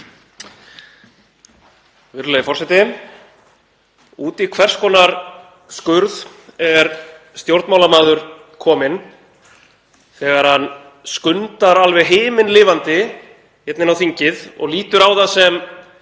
Virðulegi forseti. Út í hvers konar skurð er stjórnmálamaður kominn þegar hann skundar alveg himinlifandi inn á þingið og lítur á það sem